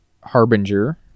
harbinger